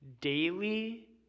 daily